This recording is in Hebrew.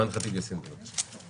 אימאן ח'טיב יאסין, בבקשה.